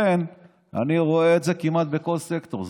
אני רואה את זה כמעט בכל סקטור.